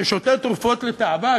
ששותה תרופות לתאווה,